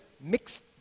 mixed